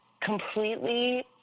completely